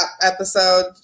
episode